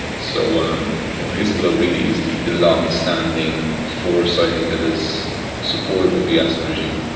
so um you know hezbollah really is the the long-standing force i think that has support of of the assad regime.